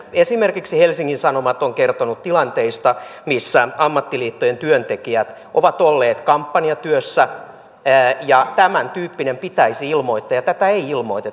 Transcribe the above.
esimerkiksi helsingin sanomat on nyt kertonut tilanteista missä ammattiliittojen työntekijät ovat olleet kampanjatyössä ja vaikka tämäntyyppinen pitäisi ilmoittaa tätä ei ilmoiteta